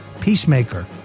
peacemaker